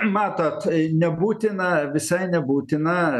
matot nebūtina visai nebūtina